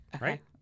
Right